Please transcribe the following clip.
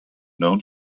known